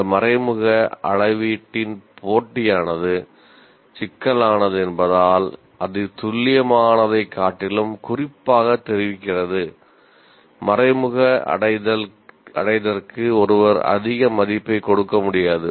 இந்த மறைமுக அளவீட்டின் போட்டியானது சிக்கலானது என்பதால் இது துல்லியமானதைக் காட்டிலும் குறிப்பாகத் தெரிவிக்கிறது மறைமுக அடைதற்கு ஒருவர் அதிக மதிப்பை கொடுக்க முடியாது